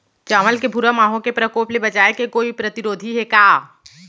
चांवल के भूरा माहो के प्रकोप से बचाये के कोई प्रतिरोधी हे का?